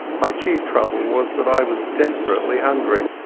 my chief trouble was that i was desperately hungry.